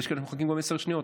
ויש כאלה שמחכים גם עשר שניות.